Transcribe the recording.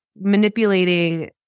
manipulating